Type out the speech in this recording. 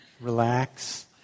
relax